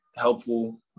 helpful